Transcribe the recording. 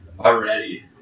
already